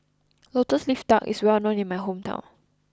Lotus Leaf Duck is well known in my hometown